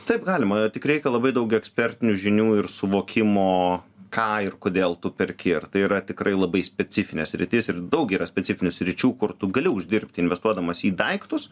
taip galima tik reikia labai daug ekspertinių žinių ir suvokimo ką ir kodėl tu perki ar tai yra tikrai labai specifinė sritis ir daug yra specifinių sričių kur tu gali uždirbti investuodamas į daiktus